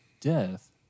death